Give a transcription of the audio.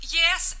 yes